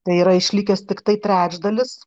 tai yra išlikęs tiktai trečdalis